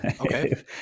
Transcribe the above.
okay